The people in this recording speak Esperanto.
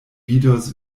vidos